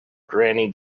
granny